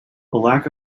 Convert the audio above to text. lack